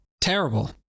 Terrible